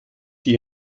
die